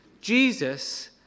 Jesus